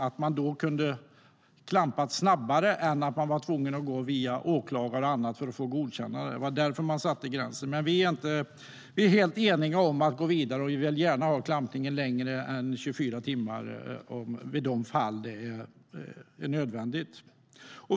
De kunde då klampa snabbare än om de var tvungna att gå via åklagare och annat för att få det godkänt. Det var därför man satte gränsen. Vi är helt eniga om att gå vidare. Vi vill gärna ha klampningen längre än 24 timmar i de fall det är nödvändigt.